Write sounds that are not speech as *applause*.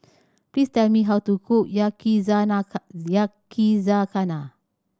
please tell me how to cook *unintelligible* Yakizakana